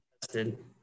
tested